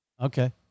Okay